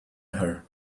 her